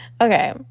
okay